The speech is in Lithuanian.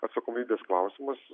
atsakomybės klausimas